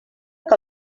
que